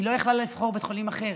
היא לא יכלה לבחור בית חולים אחר.